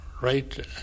right